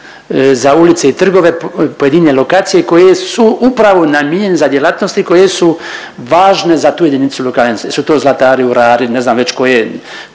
za ulice i trgove, pojedine lokacije koje su upravo namijenjene za djelatnosti koje su važne za tu jedinicu lokalne, jesu to zlatari, urari, ne znam već koje,